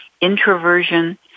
introversion